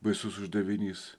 baisus uždavinys